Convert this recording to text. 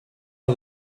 are